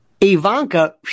Ivanka